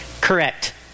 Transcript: Correct